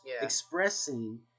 expressing